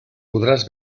podràs